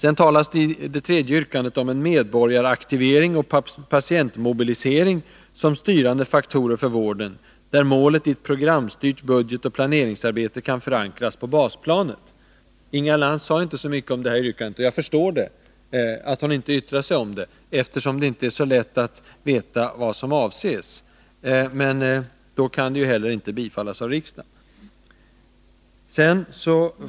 I det tredje yrkandet talas det om medborgaraktivering och patientmobilisering som styrande faktorer för vården, där målet i ett programstyrt budgetoch planeringsarbete kan förankras på basplanet. Inga Lantz sade inte så mycket om det yrkandet. Jag förstår att hon inte yttrade sig om det, eftersom det inte är så lätt att veta vad som avses. Men då kan det ju inte heller bifallas av riksdagen.